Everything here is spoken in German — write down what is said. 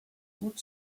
gut